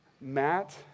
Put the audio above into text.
Matt